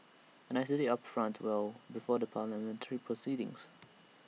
and I said IT upfront well before the parliamentary proceedings